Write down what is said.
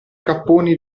capponi